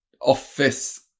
office